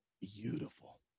beautiful